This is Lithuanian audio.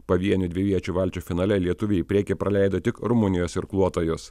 pavienių dviviečių valčių finale lietuviai į priekį praleido tik rumunijos irkluotojus